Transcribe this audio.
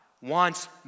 wants